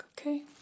okay